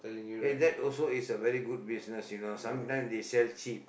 eh that also is a very good business you know sometimes they sell cheap